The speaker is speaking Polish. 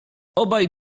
obaj